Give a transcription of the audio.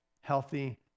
healthy